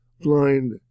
blind